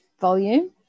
volume